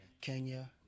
Kenya